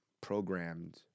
programmed